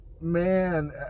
man